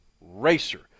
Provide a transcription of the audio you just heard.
racer